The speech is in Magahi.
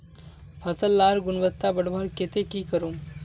फसल लार गुणवत्ता बढ़वार केते की करूम?